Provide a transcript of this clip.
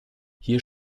hier